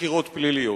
בחקירות פליליות.